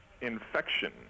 Infection